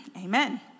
Amen